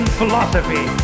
philosophy